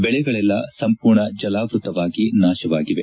ಬೆಳೆಗಳೆಲ್ಲಾ ಸಂಪೂರ್ಣ ಜಲಾವತವಾಗಿ ನಾಶವಾಗಿವೆ